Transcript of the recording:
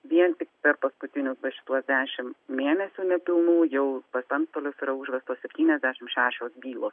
vien tik per paskutinius va šituos dešimt mėnesių nepilnų jau pas antstolius yra užvestos septyniasdešimt šešios bylos